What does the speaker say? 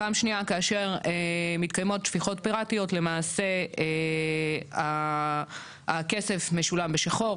פעם שנייה כאשר מתקיימות --- פיראטיות למעשה הכסף משולם בשחור,